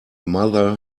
mother